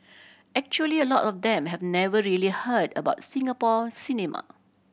actually a lot of them have never really heard about Singapore cinema